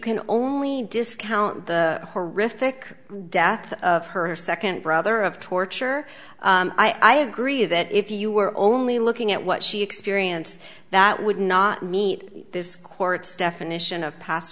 can only discount the horrific death of her second brother of torture i agree that if you were only looking at what she experienced that would not meet this court's definition of past